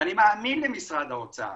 אני מאמין למשרד האוצר.